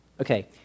Okay